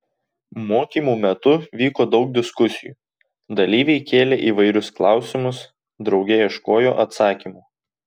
mokymų metu vyko daug diskusijų dalyviai kėlė įvairius klausimus drauge ieškojo atsakymų